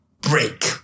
break